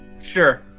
Sure